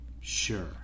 Sure